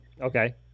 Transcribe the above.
Okay